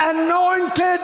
anointed